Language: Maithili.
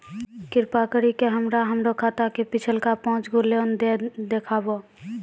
कृपा करि के हमरा हमरो खाता के पिछलका पांच गो लेन देन देखाबो